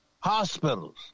hospitals